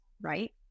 right